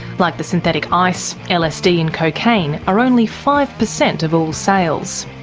like the synthetic ice, lsd and cocaine, are only five percent of all sales.